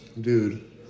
dude